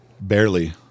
Barely